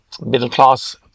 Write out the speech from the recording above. middle-class